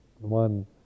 One